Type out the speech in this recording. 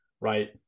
Right